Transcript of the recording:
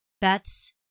Beth's